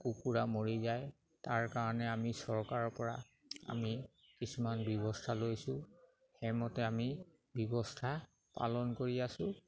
কুকুৰা মৰি যায় তাৰ কাৰণে আমি চৰকাৰৰপৰা আমি কিছুমান ব্যৱস্থা লৈছোঁ সেইমতে আমি ব্যৱস্থা পালন কৰি আছোঁ